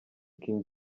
king